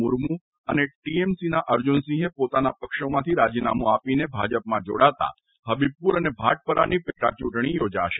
મુર્મુ અને ટીએમસીના અર્જુનસિંહે પોતાના પક્ષોમાંથી રાજીનામું આપીને ભાજપમાં જોડાતા હબીબપુર અને ભાટપરાની પેટાચૂંટણી યોજાશે